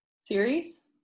Series